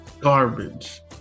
garbage